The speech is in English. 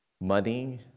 money